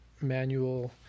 manual